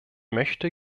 möchte